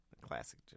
classic